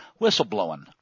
whistleblowing